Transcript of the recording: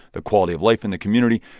the quality of life in the community,